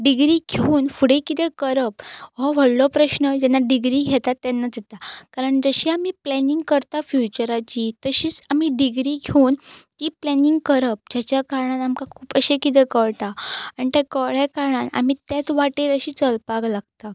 तशेंच डिग्री घेवन फुडें कितें करप हो व्हडलो प्रश्न जेन्ना डिग्री घेता तेन्नाच येता कारण जशी आमी प्लॅनिंग करता फ्युचराची तशीच आमी डिग्री घेवन की प्लॅनिंग करप जेच्या कारणान आमकां खूब अशें कितें कळटा आनी तें कळ्ळ्या कारणान आमी तेच वाटेर अशीं चलपाक लागता